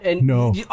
No